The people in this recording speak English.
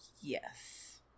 Yes